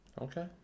Okay